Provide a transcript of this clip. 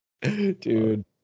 Dude